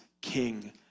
king